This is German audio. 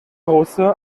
russe